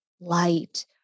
light